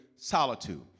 Solitude